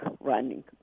running